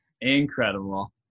incredible